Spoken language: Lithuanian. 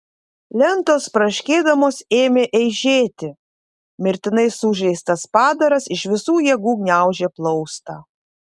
lentos braškėdamos ėmė eižėti mirtinai sužeistas padaras iš visų jėgų gniaužė plaustą